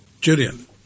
Julian